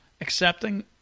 accepting